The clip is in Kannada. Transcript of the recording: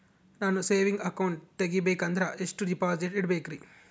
ನಾನು ಸೇವಿಂಗ್ ಅಕೌಂಟ್ ತೆಗಿಬೇಕಂದರ ಎಷ್ಟು ಡಿಪಾಸಿಟ್ ಇಡಬೇಕ್ರಿ?